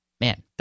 man